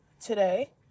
today